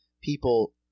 people